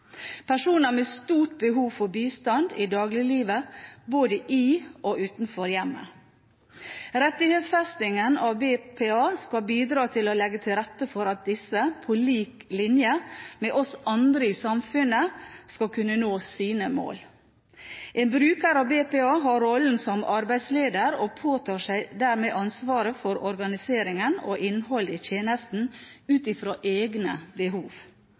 personer med stort behov for bistand i dagliglivet, både i og utenfor hjemmet. Rettighetsfestingen av BPA skal bidra til å legge til rette for at disse, på lik linje med oss andre i samfunnet, skal kunne nå sine mål. En bruker av BPA har rollen som arbeidsleder, og påtar seg dermed ansvaret for organiseringen og innhold i tjenesten, ut fra egne behov.